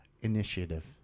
initiative